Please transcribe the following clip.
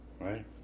Right